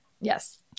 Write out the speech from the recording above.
Yes